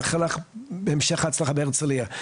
מאחל המשך הצלחה בהרצליה.